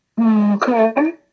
Okay